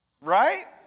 Right